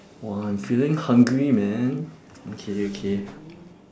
!wah! I'm feeling hungry man okay okay